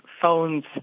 phones